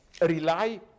rely